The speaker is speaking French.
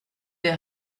les